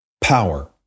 Power